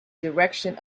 direction